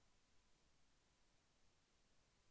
ప్రయోజన భీమా అంటే ఏమిటి?